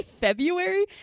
february